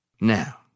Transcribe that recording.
Now